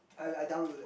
I I downloaded